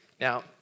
Now